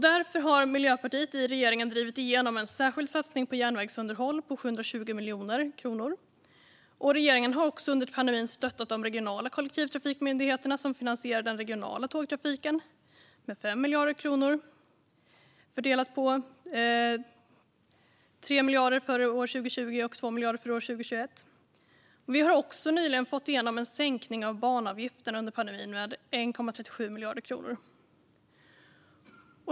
Därför har Miljöpartiet i regeringen drivit igenom en särskild satsning på järnvägsunderhåll på 720 miljoner kronor. Regeringen har också under pandemin stöttat de regionala kollektivtrafikmyndigheterna, som finansierar den regionala tågtrafiken, med 5 miljarder kronor - 3 miljarder för 2020 och 2 miljarder för 2021. Vi har också nyligen fått igenom en sänkning av banavgifterna under pandemin med 1,37 miljarder kronor.